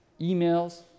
emails